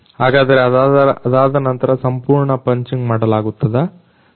ಹಾಗಾದರೆ ಅದಾದನಂತರ ಸಂಪೂರ್ಣ ಪಂಚಿಂಗ್ ಮಾಡಲಾಗುತ್ತದಾ